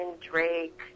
Drake